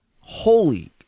holy